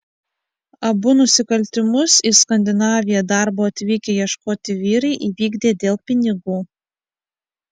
abu nusikaltimus į skandinaviją darbo atvykę ieškoti vyrai įvykdė dėl pinigų